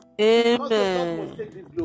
Amen